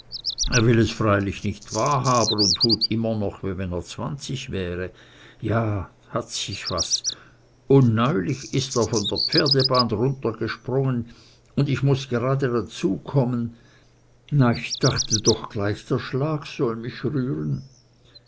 er will es freilich nich wahrhaben und tut immer noch so wie wenn er zwanzig wäre ja hat sich was un neulich ist er von der pferdebahn runtergesprungen un ich muß auch gerade dazukommen na ich dachte doch gleich der schlag soll mich rühren